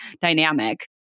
dynamic